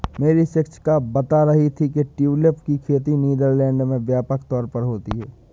मेरी शिक्षिका बता रही थी कि ट्यूलिप की खेती नीदरलैंड में व्यापक तौर पर होती है